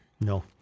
No